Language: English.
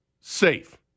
safe